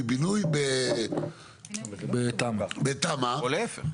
או להיפך.